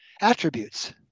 attributes